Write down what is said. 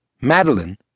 Madeline